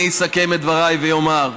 אני אסכם את דבריי ואומר: